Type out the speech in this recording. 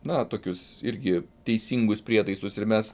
na tokius irgi teisingus prietaisus ir mes